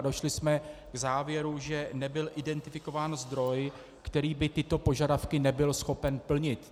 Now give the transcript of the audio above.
Došli jsme k závěru, že nebyl identifikován zdroj, který by tyto požadavky nebyl schopen plnit.